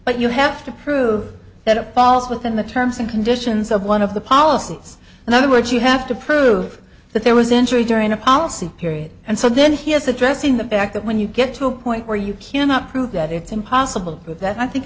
but you have to prove that it falls within the terms and conditions of one of the policies in other words you have to prove that there was injury during a policy period and so then he is addressing the fact that when you get to a point where you cannot prove that it's impossible that i think